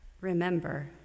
Remember